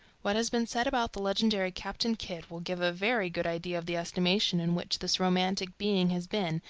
what has been said about the legendary captain kidd will give a very good idea of the estimation in which this romantic being has been,